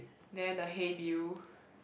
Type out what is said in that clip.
then the hey Bill